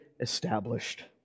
established